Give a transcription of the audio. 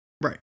Right